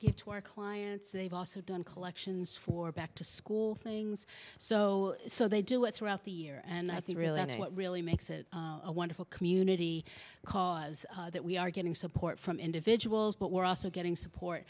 give to our clients they've also done collections for back to school things so so they do it throughout the year and that's really what really makes it a wonderful community cause that we are getting support from individuals but we're also getting support